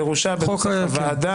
הירושה בנוסח הוועדה,